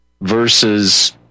versus